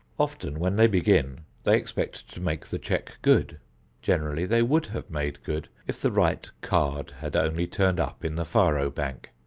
often when they begin they expect to make the check good generally, they would have made good if the right card had only turned up in the faro bank,